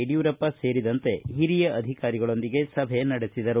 ಯಡಿಯೂರಪ್ಪ ಸೇರಿದಂತೆ ಹಿರಿಯ ಅಧಿಕಾರಿಗಳೊಂದಿಗೆ ಸಭೆ ನಡೆಸಿದರು